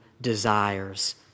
desires